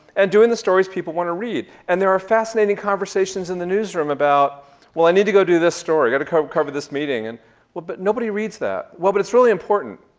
and doing the stories people wanna read. and there are fascinating conversations in the newsroom about well i need to go do this story. i gotta cover cover this meeting, and well but nobody reads that. well but it's really important.